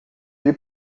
ele